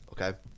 Okay